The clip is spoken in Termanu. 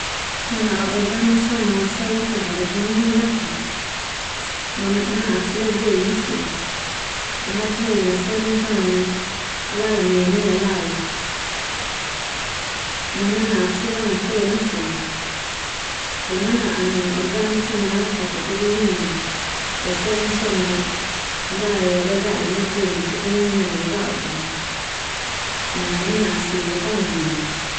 Nana'a organik so na selen ta pake pupu mina fa. Nana'ak sila belin nan seli te hataholi la selen so na ala lanea neulalaun. Ma nana'ak sila maken nan seli. Te nana'a non organik so na ala pake pupu mina fo selen so na dae a dadadin lakonan te pupu mina la ba'uk ka na. Ma nana'ak sila la ta mabeli.